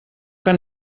que